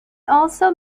also